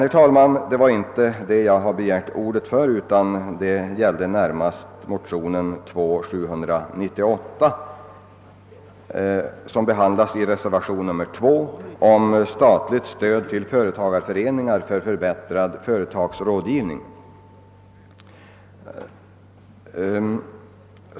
Det var emellertid inte för att framhålla detta som jag har begärt ordet, utan jag ville närmast säga några ord om motionen II: 798, som behandlas i reservationen 2, om statligt stöd till företagareföreningar för att förbättra företagsrådgivningen.